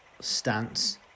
stance